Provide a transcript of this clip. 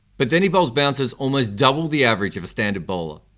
but then he bowls bouncers almost double the average of a standard bowler.